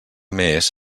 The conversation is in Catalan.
més